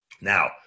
Now